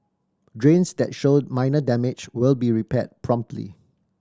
drains that show minor damage will be repaired promptly